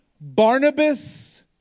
Barnabas